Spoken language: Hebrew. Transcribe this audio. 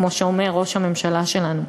כמו שאומר ראש הממשלה שלנו.